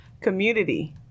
Community